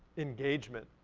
engagement,